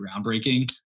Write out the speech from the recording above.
groundbreaking